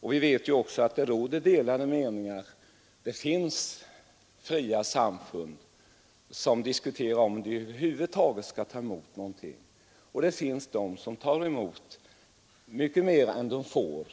Vi vet också att det råder delade meningar. Det finns fria samfund som diskuterar om de över huvud taget skall ta emot någonting, och det finns de som gärna tar emot mycket mer än de får.